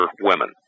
women